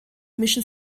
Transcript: mischen